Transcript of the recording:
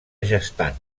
gestant